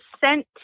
sent